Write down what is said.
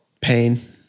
Pain